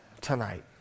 tonight